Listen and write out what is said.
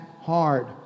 hard